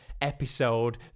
episode